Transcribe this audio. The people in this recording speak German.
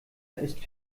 ist